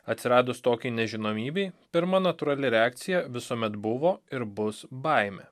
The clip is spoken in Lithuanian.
atsiradus tokiai nežinomybei pirma natūrali reakcija visuomet buvo ir bus baimė